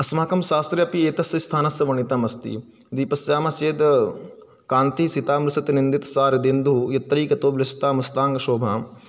अस्माकं शास्त्रे अपि एतस्य स्थानस्य वर्णितमस्ति यदि पश्यामश्चेत् कान्ति शितांशित निन्दित शारदिन्दु यत्रैकतो वृषताम् अस्ताङ्ग शोभाम्